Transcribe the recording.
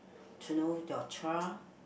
to know your child